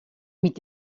mit